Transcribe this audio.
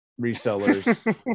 resellers